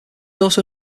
also